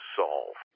solve